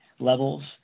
levels